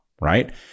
right